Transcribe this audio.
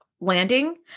landing